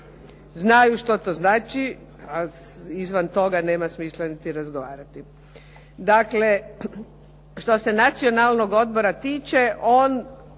znaju što to znači, a izvan toga nema smisla niti razgovarati. Dakle, što se Nacionalnog odbora tiče, on